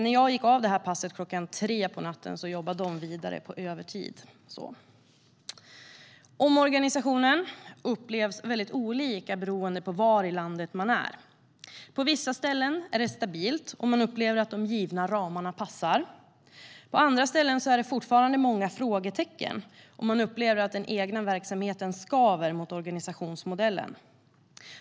När jag gick av mitt pass klockan tre på natten jobbade de vidare på övertid. Omorganisationen upplevs väldigt olika beroende på var i landet man är. På vissa ställen är det stabilt, och man upplever att de givna ramarna passar. På andra ställen är det fortfarande många frågetecken, och man upplever att den egna verksamheten skaver mot organisationsmodellen.